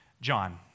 John